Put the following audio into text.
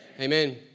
Amen